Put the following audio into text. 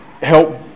help